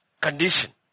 condition